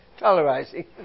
Tolerizing